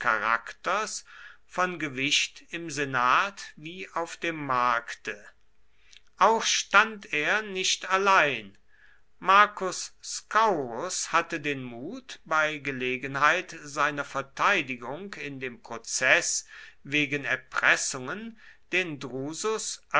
charakters von gewicht im senat wie auf dem markte auch stand er nicht allein marcus scaurus hatte den mut bei gelegenheit seiner verteidigung in dem prozeß wegen erpressungen den drusus